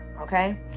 okay